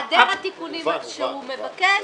בהיעדר התיקונים שהוא מבקש,